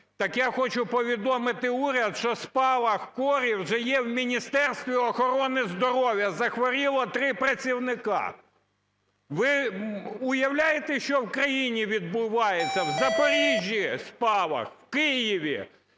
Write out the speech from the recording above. так я хочу повідомити уряд, що спалах кору вже в Міністерстві охорони здоров'я: захворіло 3 працівника. Ви уявляєте, що в країні відбувається? В Запоріжжі - спалах, в Києві,